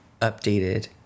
updated